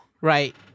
Right